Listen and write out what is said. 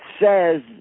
says